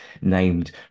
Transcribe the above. named